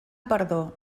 perdó